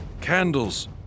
Candles